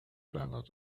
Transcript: ballad